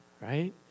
right